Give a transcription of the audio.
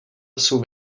jsou